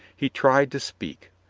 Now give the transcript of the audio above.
he tried to speak.